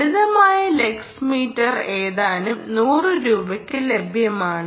ലളിതമായ lux meter ഏതാനും നൂറു രൂപയ്ക്ക് ലഭ്യമാണ്